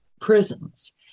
prisons